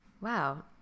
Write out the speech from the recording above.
wow